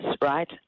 right